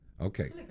Okay